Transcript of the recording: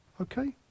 Okay